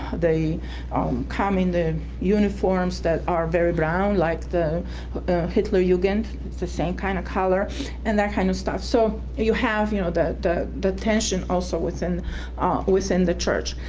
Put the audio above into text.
they come in the uniforms that are very brown like the hitlerjugend. it's the same kind of color and that kind of stuff, so you have, you know, the the tension also within the within the church